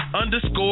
underscore